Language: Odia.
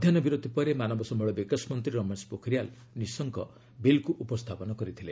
ମଧ୍ୟାହ୍ନ ବିରତି ପରେ ମାନବ ସମ୍ଭଳ ବିକାଶ ମନ୍ତ୍ରୀ ରମେଶ ପୋଖରିଆଲ୍ ନିଶଙ୍କ ବିଲ୍କୁ ଉପସ୍ଥାପନ କରିଥିଲେ